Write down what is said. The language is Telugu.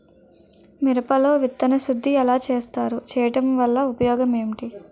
మిరప లో విత్తన శుద్ధి ఎలా చేస్తారు? చేయటం వల్ల ఉపయోగం ఏంటి?